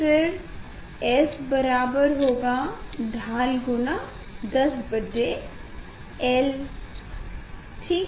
फिर S बराबर होगा ढाल गुना 10 बटे l होगा ठीक